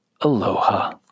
Aloha